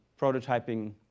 prototyping